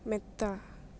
മെത്ത